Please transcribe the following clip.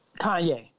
Kanye